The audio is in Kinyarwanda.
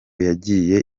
yagiye